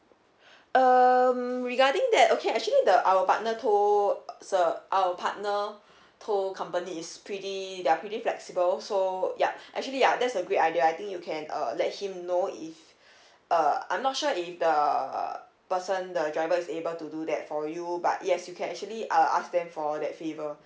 um regarding that okay actually the our partner tow so our partner tow company is pretty they're pretty flexible so yup actually ya that's a great idea I think you can uh let him know if uh I'm not sure if the person the driver is able to do that for you but yes you can actually uh ask them for that favour